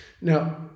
Now